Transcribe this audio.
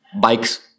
Bikes